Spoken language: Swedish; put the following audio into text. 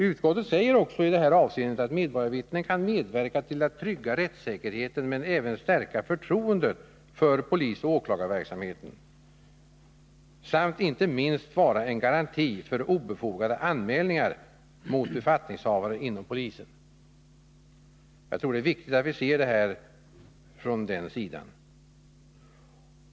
Utskottet säger också i detta avseende att medborgarvittnen kan medverka till att trygga rättssäkerheten men även stärka förtroendet för Nr 108 polisoch åklagarverksamheten — samt inte minst vara en garanti för Onsdagen den obefogade anmälningar mot befattningshavare inom polisen. Jag tror att det 1 april 1981 är viktigt att vi ser det hela från den sidan.